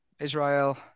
Israel